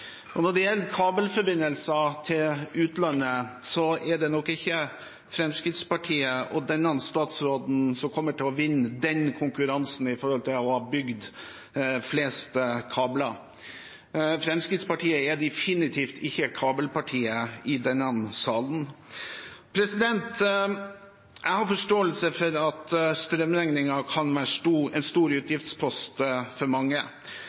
Når det gjelder kabelforbindelser til utlandet, er det nok ikke Fremskrittspartiet og denne statsråden som kommer til å vinne konkurransen om å ha bygd flest kabler. Fremskrittspartiet er definitivt ikke kabelpartiet i denne salen. Jeg har forståelse for at strømregningen kan være en stor utgiftspost for mange,